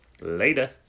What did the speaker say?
Later